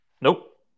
Nope